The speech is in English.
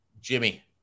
Jimmy